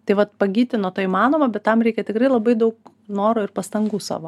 tai vat pagyti nuo to įmanoma bet tam reikia tikrai labai daug noro ir pastangų savo